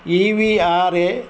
E V R A